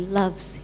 loves